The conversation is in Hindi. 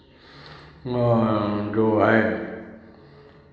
जो है